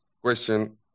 question